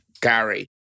Gary